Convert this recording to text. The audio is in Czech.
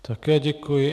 Také děkuji.